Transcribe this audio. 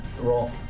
Roll